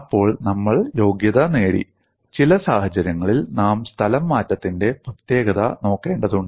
അപ്പോൾ നമ്മൾ യോഗ്യത നേടി ചില സാഹചര്യങ്ങളിൽ നാം സ്ഥലംമാറ്റത്തിന്റെ പ്രത്യേകത നോക്കേണ്ടതുണ്ട്